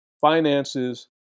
finances